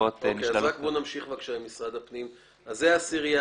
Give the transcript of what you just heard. חוץ מהעשירייה